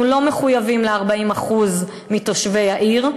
אנחנו לא מחויבים ל-40% מתושבי העיר,